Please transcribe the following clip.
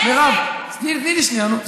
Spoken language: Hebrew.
יש לי עסק, מירב, תני לי שנייה, נו.